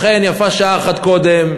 לכן, יפה שעה אחת קודם.